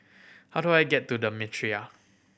how do I get to The Mitraa